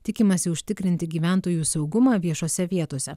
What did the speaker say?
tikimasi užtikrinti gyventojų saugumą viešose vietose